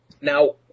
now